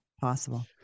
Possible